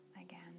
again